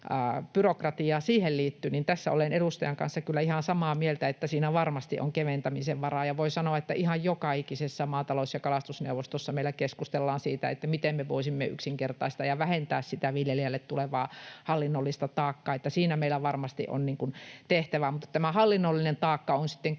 siihen liittyy, olen edustajan kanssa kyllä ihan samaa mieltä, että siinä varmasti on keventämisen varaa. Voi sanoa, että ihan joka ikisessä maatalous‑ ja kalastusneuvostossa meillä keskustellaan siitä, miten me voisimme yksinkertaistaa ja vähentää sitä viljelijälle tulevaa hallinnollista taakkaa. Siinä meillä varmasti on tehtävää. Mutta tämä hallinnollinen taakka on sitten